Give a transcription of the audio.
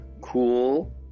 Cool